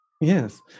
yes